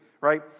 right